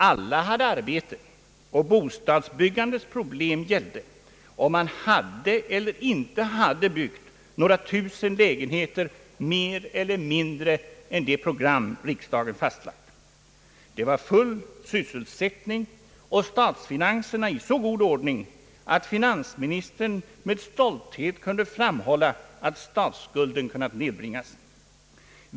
Alla hade arbete, och bostadsbyggandets problem gällde, om man hade eller inte hade byggt några tusen lägenheter mer eller mindre än det program riksdagen fastlagt. Det var full sysselsättning, och statsfinanserna var i så god ordning att finansministern med stolthet kunde framhålla att statsskulden kunnat nedbringas.